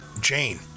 Jane